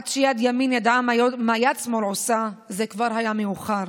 עד שיד ימין ידעה מה יד שמאל עושה זה כבר היה מאוחר.